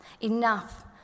Enough